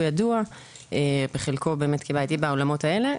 הוא ידוע בחלקו כבעייתי בעולמות האלה,